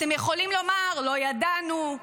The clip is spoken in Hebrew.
אתם יכולים לומר "לא ידענו",